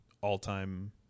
all-time